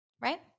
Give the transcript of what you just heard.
Right